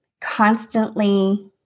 constantly